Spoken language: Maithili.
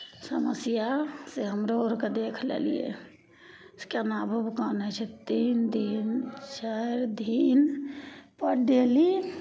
समस्यासँ हमरो अरके देख लेलियै से केना भुभकम्प होइ छै तीन दिन चारि दिनपर डेली